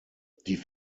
die